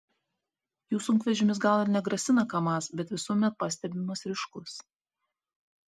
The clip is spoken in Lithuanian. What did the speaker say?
jų sunkvežimis gal ir negrasina kamaz bet visuomet pastebimas ryškus